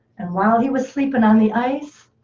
and while he was sleeping on the ice,